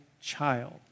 child